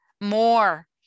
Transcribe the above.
more